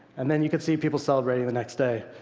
and then you can see people celebrating the next day.